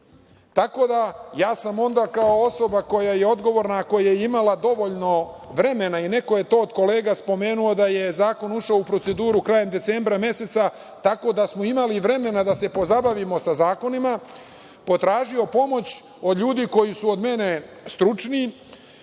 Tako da sam onda kao osoba koja je odgovorna, koja je imala dovoljno vremena i neko je to od kolega spomenuo da je zakon ušao u proceduru krajem decembra meseca, tako da smo imali vremena da se pozabavimo sa zakonima, potražio sam pomoć od ljudi koji su od mene stručniji